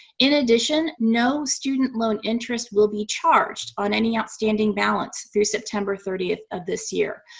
in addition, no student loan interest will be charged on any outstanding balance through september thirty of this year.